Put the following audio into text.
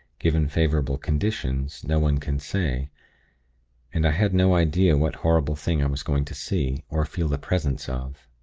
given favorable conditions, no one can say and i had no idea what horrible thing i was going to see, or feel the presence of.